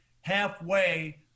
halfway